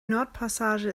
nordpassage